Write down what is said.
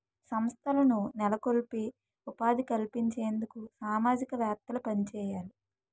సంస్థలను నెలకొల్పి ఉపాధి కల్పించేందుకు సామాజికవేత్తలు పనిచేయాలి